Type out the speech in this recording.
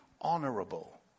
honorable